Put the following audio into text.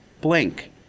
blink